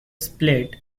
split